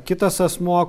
kitas asmuo